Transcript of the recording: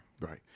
Right